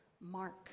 mark